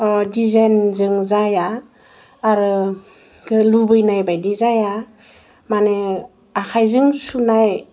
दिजाइनजों जाया आरो लुबैनाय बायदि जाया माने आखाइजों सुनाय